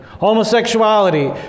homosexuality